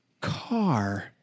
car